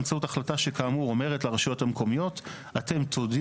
ואני רוצה עוד החלטה שכאמור אומרת לרשויות המקומיות,